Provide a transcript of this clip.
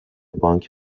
بانک